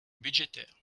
budgétaire